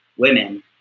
women